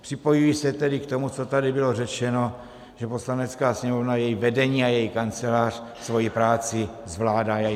Připojuji se tedy k tomu, co tady bylo řečeno, že Poslanecká sněmovna, její vedení a její Kancelář svoji práci zvládá.